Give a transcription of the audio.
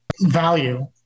value